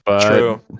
True